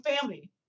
family